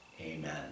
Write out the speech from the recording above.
Amen